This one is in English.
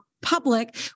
public